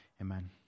Amen